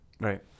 right